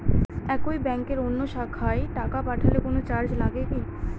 একই ব্যাংকের অন্য শাখায় টাকা পাঠালে কোন চার্জ লাগে কি?